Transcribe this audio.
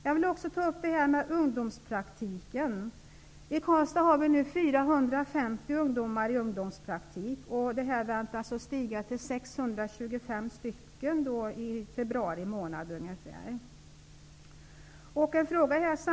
Jag vill också ta upp frågan om ungdomspraktiken. Vi har i Karlstad 450 ungdomar i ungdomspraktik. Antalet väntas stiga till ungefär 625 i februari månad.